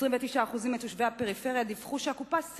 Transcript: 29% מתושבי הפריפריה דיווחו שקופת-החולים